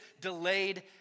delayed